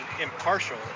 impartial